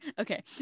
okay